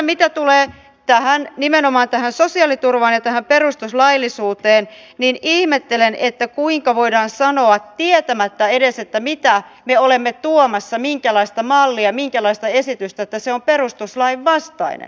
mitä sitten tulee nimenomaan sosiaaliturvaan ja perustuslaillisuuteen niin ihmettelen kuinka voidaan sanoa tietämättä edes mitä me olemme tuomassa minkälaista mallia minkälaista esitystä että se on perustuslain vastainen